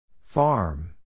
Farm